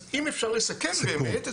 אם אפשר לסכם באמת,